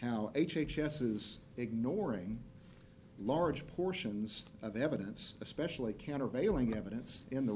how h h s is ignoring large portions of evidence especially countervailing evidence in the